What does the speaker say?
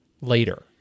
later